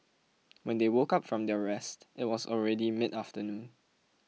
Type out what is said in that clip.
when they woke up from their rest it was already midafternoon